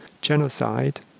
genocide